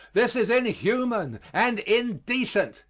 this is inhuman and indecent.